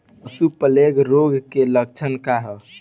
पशु प्लेग रोग के लक्षण का ह?